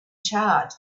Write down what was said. charred